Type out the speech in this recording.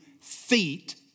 feet